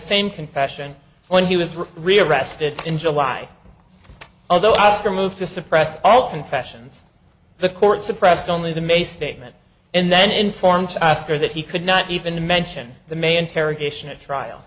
same confession when he was rearrested in july although i asked her move to suppress all confessions the court suppressed only the may statement and then informed aster that he could not even mention the may interrogation at trial